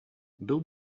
bill